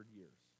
years